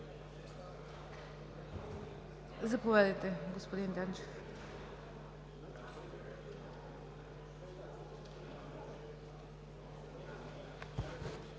Заповядайте, господин Данчев.